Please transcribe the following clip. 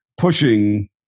pushing